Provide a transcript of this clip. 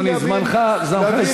אדוני, זמנך הסתיים.